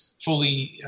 fully